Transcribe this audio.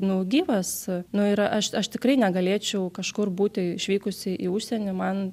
nu gyvas nu ir aš aš tikrai negalėčiau kažkur būti išvykusi į užsienį man